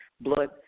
blood